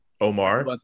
Omar